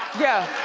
yeah,